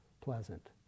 pleasant